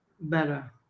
better